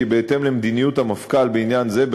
כי בהתאם למדיניות המפכ"ל בעניין זה,